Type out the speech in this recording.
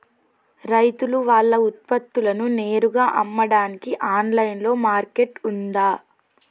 రైతులు వాళ్ల ఉత్పత్తులను నేరుగా అమ్మడానికి ఆన్లైన్ మార్కెట్ ఉందా?